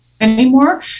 anymore